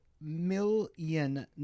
million